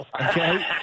Okay